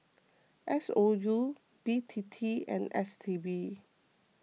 S O U B T T and S T B